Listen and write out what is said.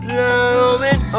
Blowing